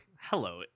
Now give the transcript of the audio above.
hello